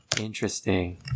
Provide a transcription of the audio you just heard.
Interesting